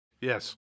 Yes